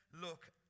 look